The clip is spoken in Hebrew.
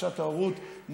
חופשת ההורות,